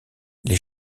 les